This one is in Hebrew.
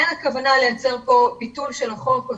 אין הכוונה לייצר כאן ביטול של החוק או